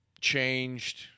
changed